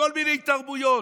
מכל מיני תרבויות.